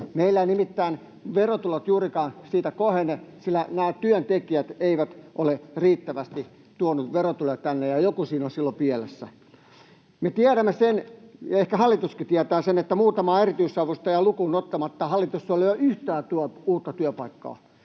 Meillä eivät nimittäin verotulot juurikaan siitä kohene, sillä nämä työntekijät eivät ole riittävästi tuoneet verotuloja tänne, ja joku siinä on silloin pielessä. Me tiedämme sen — ja ehkä hallituskin tietää sen — että muutamaa erityisavustajaa lukuun ottamatta hallitus ei ole tuonut yhtään uutta työpaikkaa.